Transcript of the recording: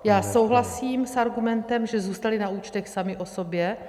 Já souhlasím s argumentem, že zůstaly na účtech samy o sobě.